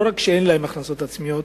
לא רק שאין להם הכנסות עצמיות,